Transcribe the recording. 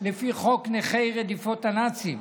לפי חוק נכי רדיפות הנאצים,